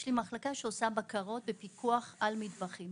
יש לי מחלקה שעושה בקרות ופיקוח על מטבחים